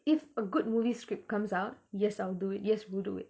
if a good movie script comes out yes I will do it yes we will do it